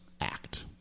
act